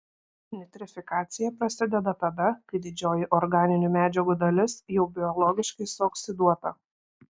nitrifikacija prasideda tada kai didžioji organinių medžiagų dalis jau biologiškai suoksiduota